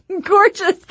gorgeous